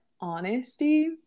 honesty